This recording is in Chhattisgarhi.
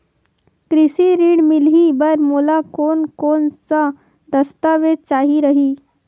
कृषि ऋण मिलही बर मोला कोन कोन स दस्तावेज चाही रही?